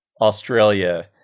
Australia